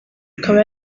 ikaba